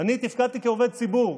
אני תפקדתי כעובד ציבור,